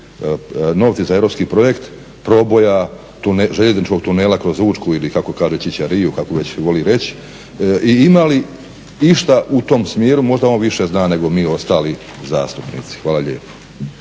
novci za europski projekt proboja željezničkog tunela kroz Učku ili kako kaže Čiča Rio, kako već voli reći. I ima li išta u tom smjeru, možda on više zna nego mi ostali zastupnici. Hvala lijepo.